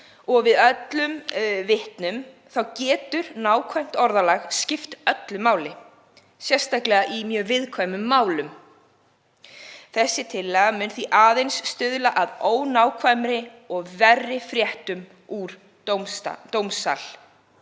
og við öll vitum getur nákvæmt orðalag skipt öllu máli, sérstaklega í mjög viðkvæmum málum. Þessi tillaga mun því aðeins stuðla að ónákvæmari og verri fréttum úr dómsal.